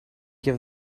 give